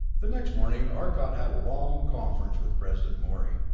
the next morning arcot had a long conference with president morey.